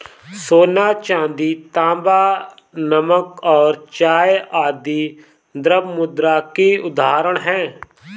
सोना, चांदी, तांबा, नमक और चाय आदि द्रव्य मुद्रा की उदाहरण हैं